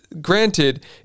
granted